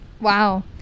wow